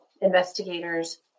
investigators